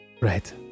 Right